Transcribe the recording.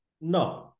No